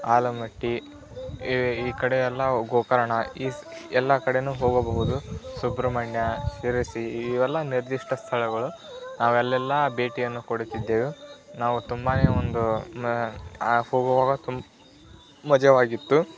ಆಲಮಟ್ಟಿ ಈ ಈ ಕಡೆ ಎಲ್ಲ ಗೋಕರ್ಣ ಈ ಎಲ್ಲ ಕಡೆನೂ ಹೋಗಬಹುದು ಸುಬ್ರಹ್ಮಣ್ಯ ಶಿರಸಿ ಇವೆಲ್ಲ ನಿರ್ದಿಷ್ಟ ಸ್ಥಳಗಳು ನಾವಲ್ಲೆಲ್ಲ ಭೇಟಿಯನ್ನು ಕೊಡುತ್ತಿದ್ದೆವು ನಾವು ತುಂಬಾ ಒಂದು ಹೋಗುವಾಗ ತುಂಬ ಮಜವಾಗಿತ್ತು